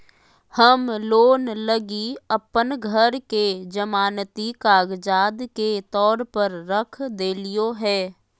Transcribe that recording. हम लोन लगी अप्पन घर के जमानती कागजात के तौर पर रख देलिओ हें